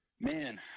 Man